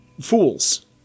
fools